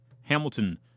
Hamilton